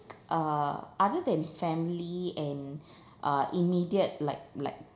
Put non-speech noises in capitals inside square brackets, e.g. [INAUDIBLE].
uh other than family and [BREATH] uh immediate like like